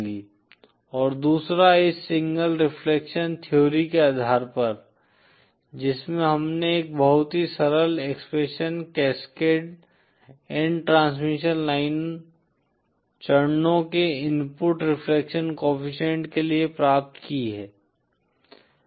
और दूसरा इस सिंगल रिफ्लेक्शन थ्योरी के आधार पर जिसमे हमने एक बहुत ही सरल expression cascade n transmission line चरणों के इनपुट रिफ्लेक्शन कोएफ़िशिएंट के लिए प्राप्त की है